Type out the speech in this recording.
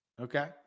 Okay